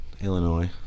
Illinois